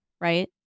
Right